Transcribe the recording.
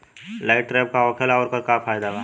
Light trap का होखेला आउर ओकर का फाइदा बा?